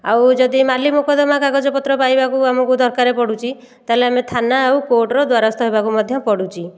ଆଉ ଯଦି ମାଲିମକଦ୍ଦମା କାଗଜପତ୍ର ପାଇବାକୁ ଆମକୁ ଦରକାର ପଡ଼ୁଛି ତା'ହେଲେ ଆମେ ଥାନା ଆଉ କୋର୍ଟର ଦ୍ଵାରସ୍ଥ ହେବାକୁ ମଧ୍ୟ ପଡ଼ୁଛି